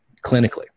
clinically